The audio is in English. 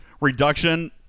reduction